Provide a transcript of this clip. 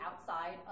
outside